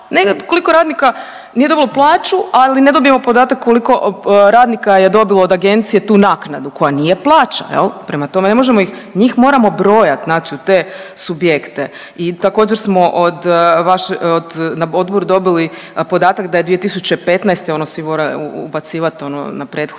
koliko radnika nije dobilo plaću, ali ne dobijemo podatak koliko radnika je dobilo od agencije tu naknadu koja nije plaća jel prema tome ne možemo ih njih moramo brojat u te subjekte. I također smo na odboru dobili podataka da je 2015. … ubacivat ono na prethodnu